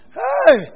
hey